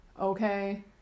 Okay